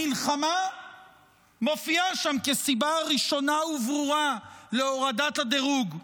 המלחמה מופיעה שם כסיבה ראשונה וברורה להורדת הדירוג,